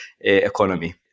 economy